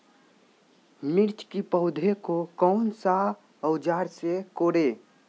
मिर्च की पौधे को कौन सा औजार से कोरे?